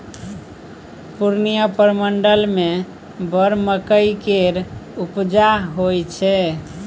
पूर्णियाँ प्रमंडल मे बड़ मकइ केर उपजा होइ छै